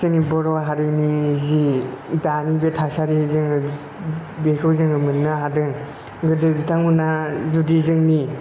जोंनि बर' हारिनि जि दानि बे थासारि जोङो बेखौ जोङो मोननो हादों गोदो बिथांमोना जुदि गोदोनि